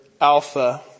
alpha